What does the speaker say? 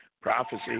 prophecy